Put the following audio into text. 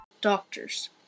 doctors